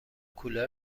کولر